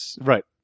Right